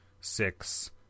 six